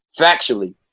factually